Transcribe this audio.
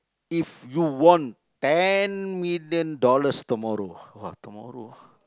if you won ten million dollars tomorrow